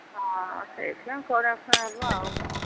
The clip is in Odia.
ହଁ ସେଇଥିପାଇଁ ହେବ ଆଉ କ'ଣ